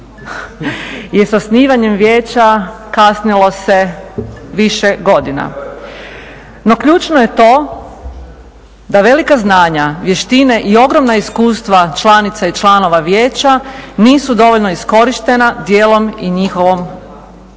da s osnivam vijeća kasnilo se više godina. No ključno je to da velika znanja, vještine i ogromna iskustva članica i članova vijeća nisu dovoljno iskorištena dijelom i njihovom krivnjom